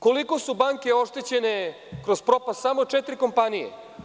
Koliko su banke oštećene kroz propast samo četiri kompanije?